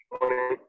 morning